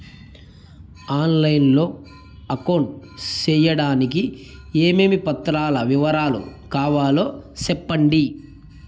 On line లో account సేయడానికి ఏమేమి పత్రాల వివరాలు కావాలో సెప్పండి?